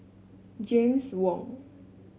James Wong